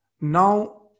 Now